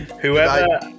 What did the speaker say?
Whoever